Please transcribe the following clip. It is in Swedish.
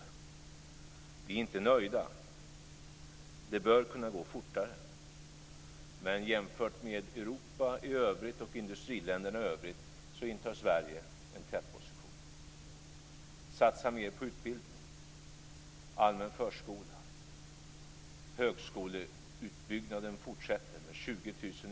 Vi är inte nöjda - det bör kunna gå fortare - men jämfört med Europa i övrigt och industriländerna i övrigt intar Sverige en tätposition.